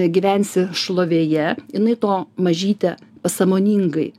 gyvensi šlovėje jinai to mažytė pasąmoningai